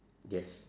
yes